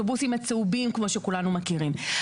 כמו שכולנו מכירים את האוטובוסים הצהובים.